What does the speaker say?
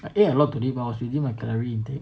I ate a lot today but I was within my calorie intake